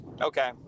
Okay